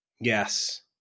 Yes